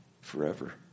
Forever